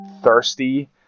thirsty